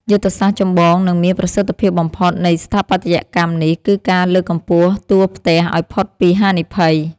យុទ្ធសាស្ត្រចម្បង និងមានប្រសិទ្ធភាពបំផុតនៃស្ថាបត្យកម្មនេះ គឺការលើកកម្ពស់តួផ្ទះឱ្យផុតពីហានិភ័យ។